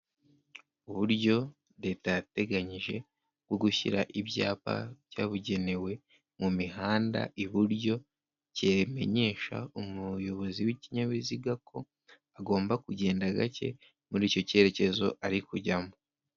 Uburyo leta yateganyije bwo gushyira ibyapa byabugenewe mu mihanda iburyo, kibimenyesha umuyobozi w'ikinyabiziga ko agomba kugenda gake muri icyo cyerekezo ari kujyamo.